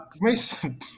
Mason